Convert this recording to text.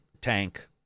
Tank